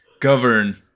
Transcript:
govern